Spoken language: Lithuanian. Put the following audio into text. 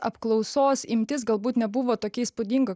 apklausos imtis galbūt nebuvo tokia įspūdinga